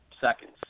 seconds